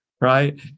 Right